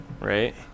right